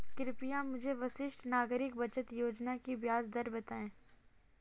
कृपया मुझे वरिष्ठ नागरिक बचत योजना की ब्याज दर बताएं